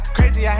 Crazy